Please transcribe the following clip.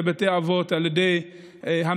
בבתי אבות על ידי המדינה,